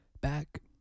back